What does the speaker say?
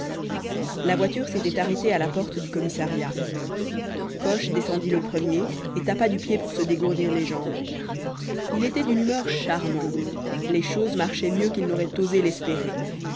la voiture s'était arrêtée à la porte du commissariat coche descendit le premier et tapa du pied pour se dégourdir les jambes il était d'une humeur charmante les choses marchaient mieux qu'il n'aurait osé l'espérer